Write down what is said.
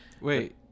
Wait